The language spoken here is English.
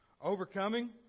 Overcoming